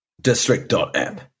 District.app